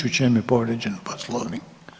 U čemu je povrijeđen Poslovnik?